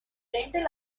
rental